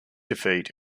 defeat